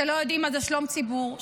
שלא יודעים מה זה שלום ציבור,